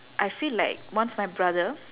I feel like once my brother